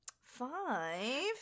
Five